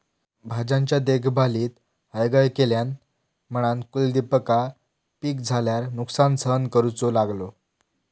भाज्यांच्या देखभालीत हयगय केल्यान म्हणान कुलदीपका पीक झाल्यार नुकसान सहन करूचो लागलो